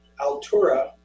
Altura